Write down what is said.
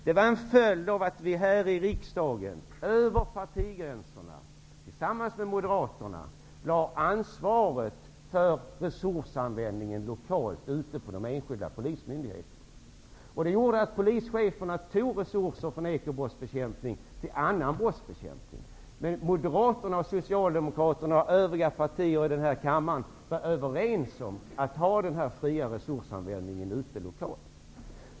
Det var en följd av att vi här i riksdagen över partigränserna tillsammans med Moderaterna lade ansvaret för resursanvändningen lokalt ute på de enskilda polismyndigheterna. Det gjorde att polischeferna tog resurser från ekobrottsbekämpningen till annan brottsbekämpning. Men Moderaterna, Socialdemokraterna och övriga partier i denna kammare var överens om en fri resursanvändning lokalt.